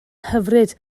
hyfryd